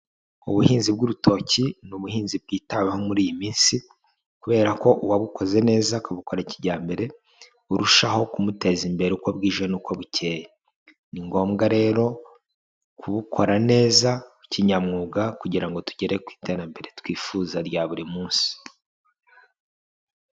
Ubuhinzi bw'urutoki ni ubuhinzi bwitaweho muri iyi minsi kubera ko uwabukoze neza akabukora kijyambere burushaho kumuteza imbere uko bwije n'uko bukeye, ni ngombwa rero kubukora neza kinyamwuga kugira ngo tugere ku iterambere twifuza rya buri munsi.